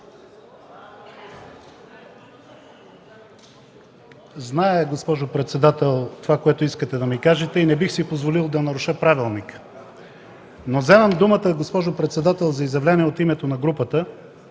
зная, госпожо председател, това, което искате да ми кажете, и не бих си позволил да наруша правилника. Вземам думата, госпожо председател, за изявление от името на групата,